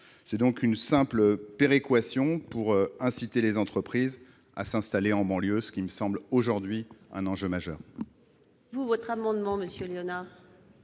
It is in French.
Cette simple péréquation ne vise qu'à inciter les entreprises à s'installer en banlieue, ce qui me semble aujourd'hui un enjeu majeur.